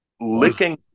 Licking